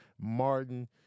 Martin